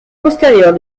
postérieure